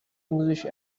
english